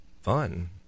fun